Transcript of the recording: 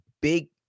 big